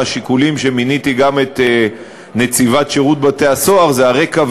חלק מהשיקולים שלי כשמיניתי את נציבת שירות בתי-הסוהר זה הרקע,